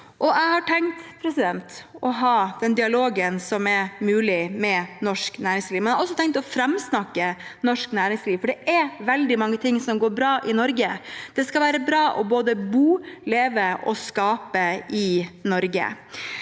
Jeg har tenkt å ha den dialogen som er mulig med norsk næringsliv, men jeg har også tenkt å framsnakke norsk næringsliv, for det er veldig mange ting som går bra i Norge. Det skal være bra både å bo, leve og skape i Norge.